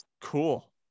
cool